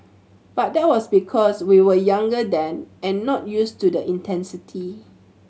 but that was because we were younger then and not used to the intensity